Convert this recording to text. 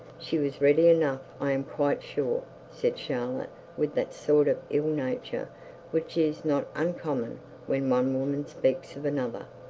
she was ready enough. i am quite sure said charlotte, with that sort of ill-nature which is not uncommon when one woman speaks of another.